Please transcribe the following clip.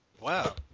Wow